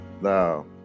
no